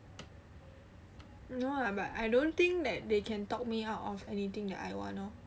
no ah but I don't think that they can talk me out of anything that I want lor